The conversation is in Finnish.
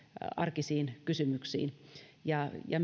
arkisiin kysymyksiin ja